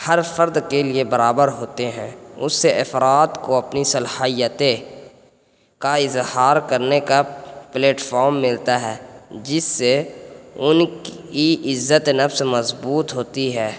ہر پھرد کے لیے برابر ہوتے ہیں اس سے افراد کو اپنی صلاحیتیں کا اظہار کرنے کا پلیٹفام ملتا ہے جس سے ان کی عزت نفس مضبوط ہوتی ہے